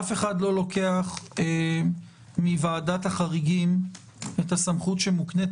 אף אחד לא לוקח מוועדת החריגים את הסמכות שמוקנית